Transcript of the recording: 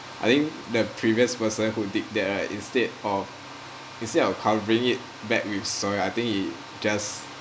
I think the previous person who dig there instead of instead of covering it back with soil I think he just